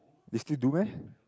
they still do meh